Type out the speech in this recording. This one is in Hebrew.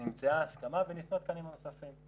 נמצאה הסכמה וניתנו התקנים הנוספים.